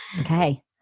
okay